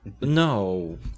No